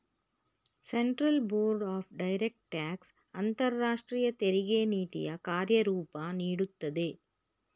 central board of direct tax ಅಂತರಾಷ್ಟ್ರೀಯ ತೆರಿಗೆ ನೀತಿಯ ಕಾರ್ಯರೂಪ ನೀಡುತ್ತದೆ